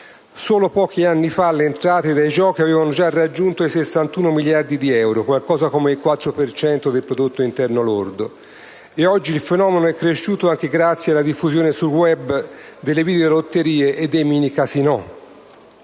Solo pochi anni fa le entrate dei giochi avevano già raggiunto la cifra di 61 miliardi di euro (pari a quasi il 4 per cento del Prodotto interno lordo). Oggi il fenomeno è cresciuto, anche grazie alla diffusione sul *web* delle videolotterie e dei minicasinò.